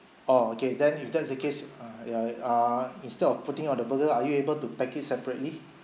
orh okay then if that's the case uh ya err instead of putting on the burger are you able to package separately